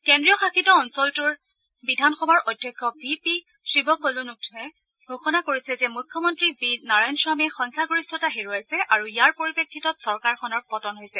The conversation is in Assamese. কেন্দ্ৰীয় শাসিত অঞ্চলটোৰ বিধানসভাৰ অধ্যক্ষ ভি পি শিৱকলনথয়ে ঘোষণা কৰিছে যে মুখ্যমন্তী ভি নাৰায়ণস্বামীয়ে সংখ্যাগৰিষ্ঠতা হেৰুৱাইছে আৰু ইয়াৰ পৰিপ্ৰেক্ষিতত চৰকাৰখনৰ পতন হৈছে